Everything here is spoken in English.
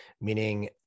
meaning